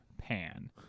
Pan